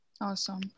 awesome